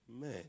Man